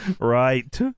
right